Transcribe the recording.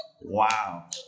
Wow